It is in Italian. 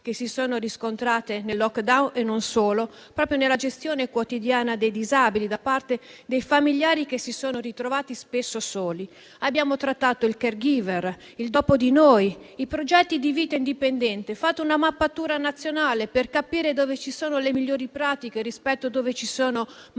che si sono riscontrate nel *lockdown* e non solo, proprio nella gestione quotidiana dei disabili, da parte dei familiari che si sono ritrovati spesso soli. Abbiamo trattato i temi del *caregiver*, del dopo di noi e dei progetti di vita indipendente. Abbiamo fatto una mappatura nazionale, per capire dove sono le migliori pratiche e dove sono maggiori